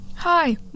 Hi